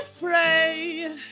pray